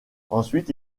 ensuite